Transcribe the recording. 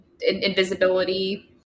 invisibility